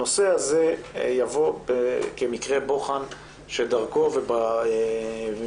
הנושא הזה יבוא כמקרה בוחן שדרכו ובעיניים